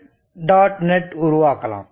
net உருவாக்கலாம்